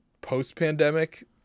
post-pandemic